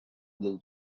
blue